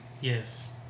Yes